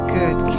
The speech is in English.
good